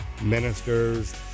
ministers